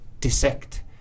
dissect